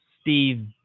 Steve